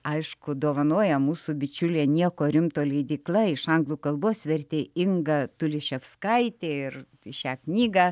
aišku dovanoja mūsų bičiulė nieko rimto leidykla iš anglų kalbos vertė inga tuliševskaitė ir šią knygą